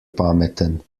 pameten